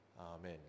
Amen